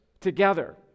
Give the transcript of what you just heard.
together